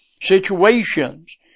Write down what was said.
situations